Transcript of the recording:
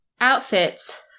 outfits